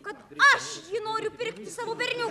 kad aš jį noriu pirkti savo berniukui